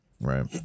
Right